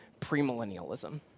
premillennialism